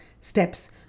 steps